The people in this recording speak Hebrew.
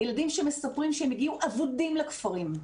ילדים שמספרים שהם הגיעו אבודים לכפרים.